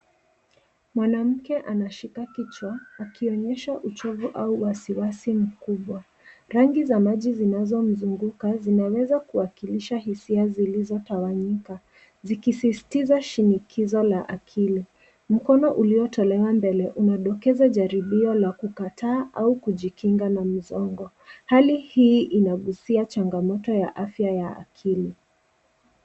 Mwanamke anashika kichwa akionyesha uchovu au wasiwasi mkubwa. Rangi za maji ambazo zimezunguka zinaweza kuwakilisha hisia zilizotawanyika zikisisitiza shinikizo la akili. Mkono uliotolewa mbele unadokeza jaribio la kukataa au kujikinga na mzongo. Hali hii inagusia changamoto ya afya ya akili.